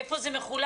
איפה זה מחולק,